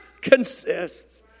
consists